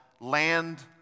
Land